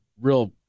real